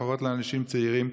לפחות לאנשים צעירים.